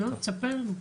תספר לנו.